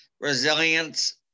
resilience